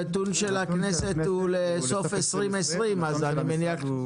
הנתון של הכנסת הוא לסוף שנת 2020. אלה נתונים און-ליין.